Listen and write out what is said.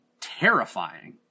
terrifying